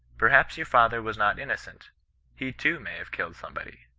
perhaps your father was not inno cent he too may have killed somebody